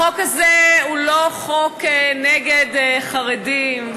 החוק הזה הוא לא חוק נגד חרדים,